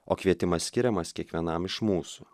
o kvietimas skiriamas kiekvienam iš mūsų